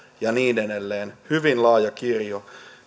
ja niin edelleen hyvin laaja kirjo